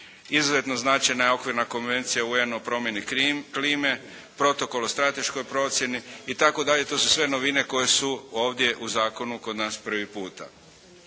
izuzetno značajna je Okvirna konvencija UN-a o promjeni klime, protokol o strateškoj procjeni itd., to su sve novine koje su kod nas Zakonu prvi puta.